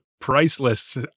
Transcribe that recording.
priceless